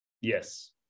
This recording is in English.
Yes